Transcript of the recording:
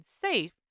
safe